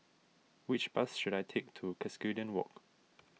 which bus should I take to Cuscaden Walk